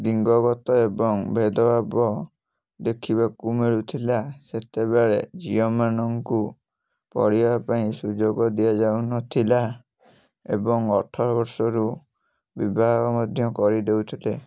ଲିଙ୍ଗଗତ ଏବଂ ଭେଦଭାବ ଦେଖିବାକୁ ମିଳୁଥିଲା ସେତେବେଳେ ଝିଅମାନଙ୍କୁ ପଢ଼ିବା ପାଇଁ ସୁଯୋଗ ଦିଆଯାଉନଥିଲା ଏବଂ ଅଠର ବର୍ଷରୁ ବିବାହ ମଧ୍ୟ କରିଦେଉଥିଲେ